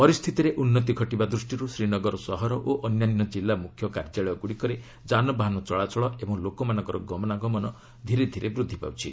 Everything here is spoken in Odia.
ପରିସ୍ଥିତିରେ ଉନ୍ନତି ଘଟିବା ଦୃଷ୍ଟିରୁ ଶ୍ରୀନଗର ସହର ଓ ଅନ୍ୟାନ୍ୟ କିଲ୍ଲା ମୁଖ୍ୟ କାର୍ଯ୍ୟାଳୟଗୁଡ଼ିକରେ ଯାନବାହନ ଚଳାଚଳ ଓ ଲୋକମାନଙ୍କର ଗମନାଗମନ ଧୀରେ ଧୀରେ ବୃଦ୍ଧି ପାଉଛି